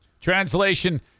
Translation